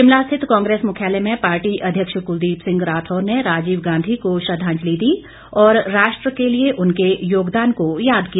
शिमला स्थित कांग्रेस मुख्यालय में पार्टी अध्यक्ष कुलदीप सिंह राठौर ने राजीव गांधी को श्रद्वांजलि दी और राष्ट्र के लिए उनके योगदान को याद किया